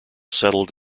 settled